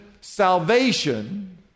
salvation